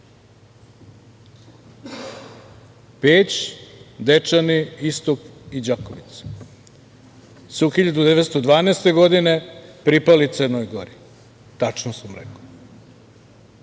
Peć, Dečani, Istok i Đakovica su 1912. godine pripali Crnoj Gori. Tačno sam rekao.